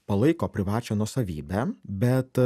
palaiko privačią nuosavybę bet